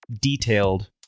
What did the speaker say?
detailed